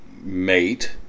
mate